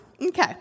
Okay